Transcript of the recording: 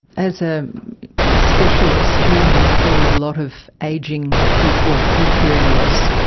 as ah a specialist you must see a lot of ageing people with hearing loss.